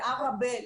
לעראבה,